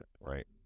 Right